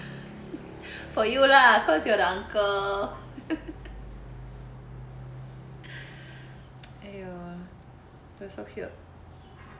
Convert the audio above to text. for you lah cause you're the uncle !aiyo! that's so cute